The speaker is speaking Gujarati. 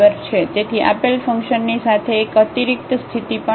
તેથી આપેલ ફંક્શનની સાથે એક અતિરિક્ત સ્થિતિ પણ હતી